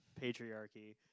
patriarchy